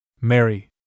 Mary